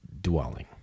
dwelling